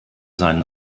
seinen